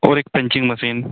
और एक punching machine